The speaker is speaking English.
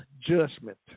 judgment